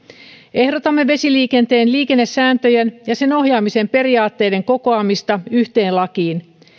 ehdotamme vesiliikenteen liikennesääntöjen ja sen ohjaamisen periaatteiden kokoamista yhteen lakiin